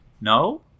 No